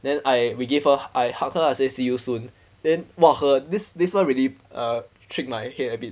then I we gave her I hug her ah say see you soon then !wah! her this this one really uh trick my head a bit